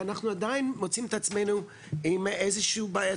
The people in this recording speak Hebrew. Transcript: ואנחנו עדיין מוצאים את עצמנו עם איזושהי בעיה,